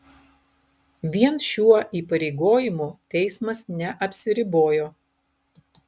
vien šiuo įpareigojimu teismas neapsiribojo